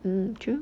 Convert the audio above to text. mm true